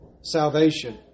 salvation